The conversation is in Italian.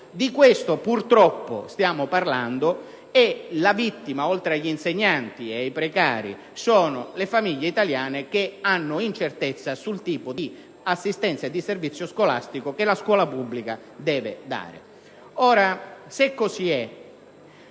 Di questo purtroppo stiamo parlando, e le vittime, oltre agli insegnanti e ai precari, sono le famiglie italiane che si trovano nell'incertezza in merito al tipo di assistenza e di servizio scolastico che la scuola pubblica deve offrire.